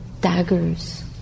daggers